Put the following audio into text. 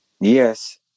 Yes